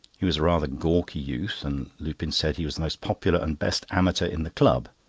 he was rather a gawky youth, and lupin said he was the most popular and best amateur in the club,